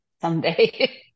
someday